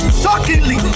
shockingly